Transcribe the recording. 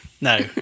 no